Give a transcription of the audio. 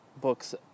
books